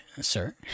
sir